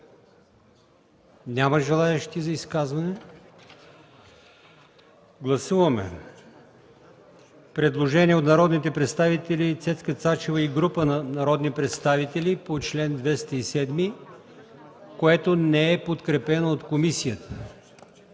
не е прието. Гласуваме предложение от народния представител Цецка Цачева и група народни представители по чл. 206, което не е подкрепено от комисията.